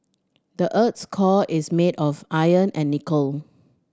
the earth's core is made of iron and nickel